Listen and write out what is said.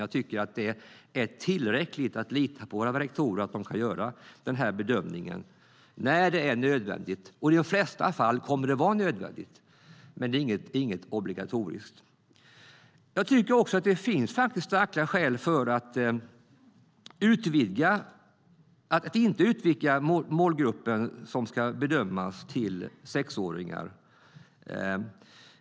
Jag tycker att det är tillräckligt att lita på att våra rektorer kan göra den här bedömningen när det är nödvändigt. I de flesta fall kommer det också att vara nödvändigt, men det ska inte vara obligatoriskt. Jag tycker också att det finns starka skäl att inte utvidga gruppen som ska bedömas till att innefatta sexåringar.